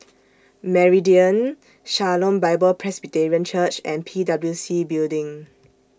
Meridian Shalom Bible Presbyterian Church and P W C Building